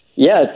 Yes